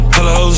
Hello